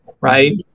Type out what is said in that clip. Right